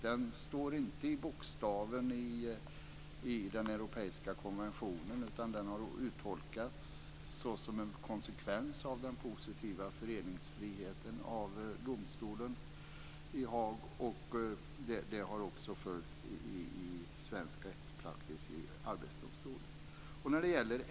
Den står inte i bokstaven i den europeiska konventionen, utan den har uttolkats såsom en konsekvens av den positiva föreningsfriheten av domstolen i Haag. Detta har också följts i svensk rättspraxis i Arbetsdomstolen.